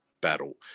battle